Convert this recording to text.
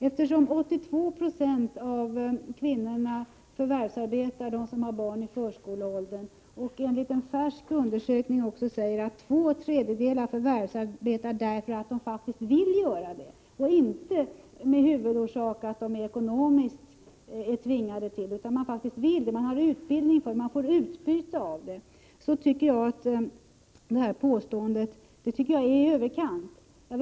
8226 av de kvinnor som har barn i förskoleåldern förvärvsarbetar, och enligt en färsk undersökning säger två tredjedelar att de förvärvsarbetar därför att de faktiskt vill göra det och inte med huvudorsaken att de ekonomiskt är tvingade till det. Man vill arbeta, man har utbildning för det och man får utbyte av det. Därför tycker jag att det här påståendet är i överkant.